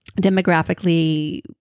demographically